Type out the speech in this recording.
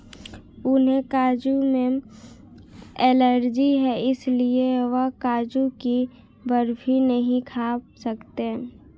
उन्हें काजू से एलर्जी है इसलिए वह काजू की बर्फी नहीं खा सकते